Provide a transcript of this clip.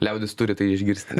liaudis turi tai išgirsti